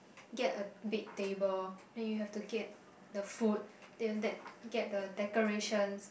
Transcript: get a big table then you have to get the food then that get the decorations